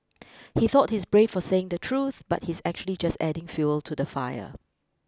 he thought he's brave for saying the truth but he's actually just adding fuel to the fire